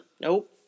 Nope